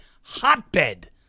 hotbed